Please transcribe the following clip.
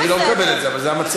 אני לא מקבל את זה, אבל זה המצב.